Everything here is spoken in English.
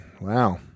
Wow